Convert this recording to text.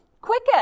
quicker